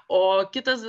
o kitas